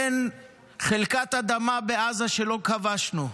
אין חלקת אדמה בעזה שלא כבשנו.